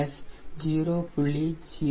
0697 0